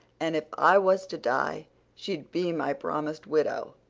and if i was to die she'd be my promised widow,